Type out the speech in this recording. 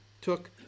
took